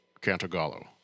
Cantagallo